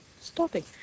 stopping